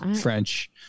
French